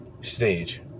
stage